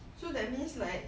so that means like